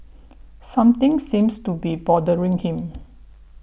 something seems to be bothering him